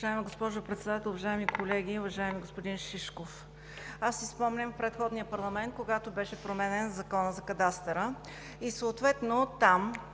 Уважаема госпожо Председател, уважаеми колеги! Уважаеми господин Шишков, аз си спомням предходния парламент, когато беше променен Законът за кадастъра и имотния